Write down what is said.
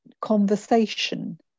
conversation